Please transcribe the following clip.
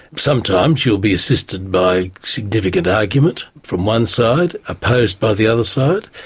sometimes you'll be assisted by significant argument from one side, opposed by the other side.